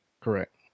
Correct